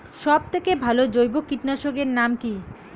সব থেকে ভালো জৈব কীটনাশক এর নাম কি?